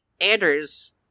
Anders